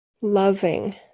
loving